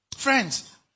Friends